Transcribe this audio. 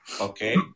okay